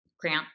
Grant